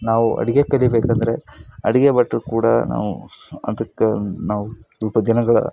ನಾವು ಅಡುಗೆ ಕಲಿಬೇಕಂದರೆ ಅಡುಗೆ ಭಟ್ಟರು ಕೂಡ ನಾವು ಅದಕ್ಕೆ ನಾವು ಸ್ವಲ್ಪ ದಿನಗಳು